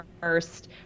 first